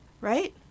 right